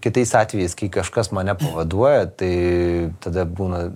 kitais atvejais kai kažkas mane pavaduoja tai tada būna